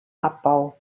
abbau